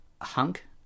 hunk